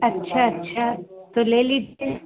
अच्छा अच्छा तो ले लीजिए